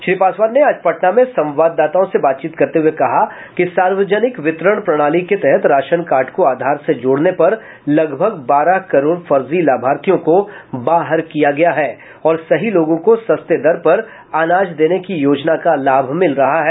श्री पासवान ने आज पटना में संवाददाताओं से बातचीत करते हुए कहा कि सार्वजनिक वितरण प्रणाली के तहत राशन कार्ड को आधार से जोड़ने पर लगभग बारह करोड़ फर्जी लाभार्थियों को बाहर किया गया है और सही लोगों को सस्ते दर पर अनाज देने की योजना का लाभ मिल रहा है